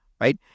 right